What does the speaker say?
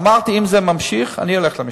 אמרתי שאם זה נמשך אני אלך למשטרה.